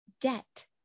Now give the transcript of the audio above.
debt